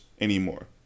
anymore